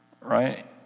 right